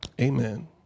amen